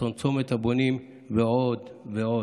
אסון צומת הבונים ועוד ועוד.